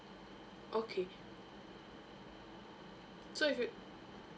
okay so if you